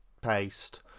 paste